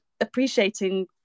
appreciating